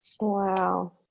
Wow